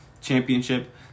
Championship